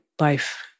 life